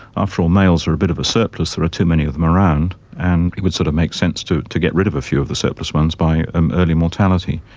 after all, males are a bit of a surplus, there are too many of them around, and it would sort of make sense to get rid of a few of the surplus ones by and early mortality.